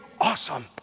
awesome